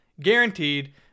guaranteed